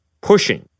Pushing